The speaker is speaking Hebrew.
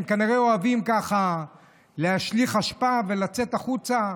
הם כנראה אוהבים להשליך אשפה ולצאת החוצה.